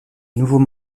nouveaux